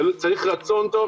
צריך רצון טוב,